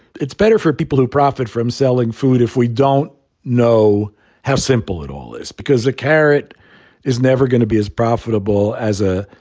it's better for people who profit from selling food if we don't know how simple it all is, because a carrot is never going to be as profitable as a